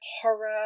horror